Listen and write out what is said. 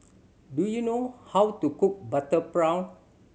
do you know how to cook butter prawn